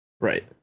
Right